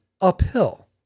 uphill